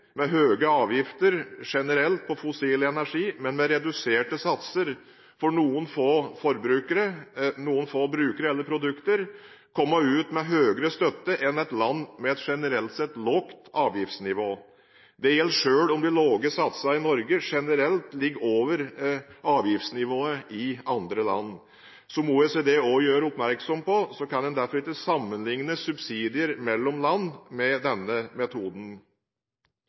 med høye generelle avgifter på fossil energi, men med reduserte satser for noen få brukere eller produkter, komme ut med høyrere støtte enn et land med et generelt lavt avgiftsnivå. Dette gjelder selv om de lave satsene i Norge ligger over det generelle avgiftsnivået i andre land. Som OECD gjør oppmerksom på, kan man derfor ikke sammenligne subsidier mellom land med denne metoden.